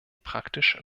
praktisch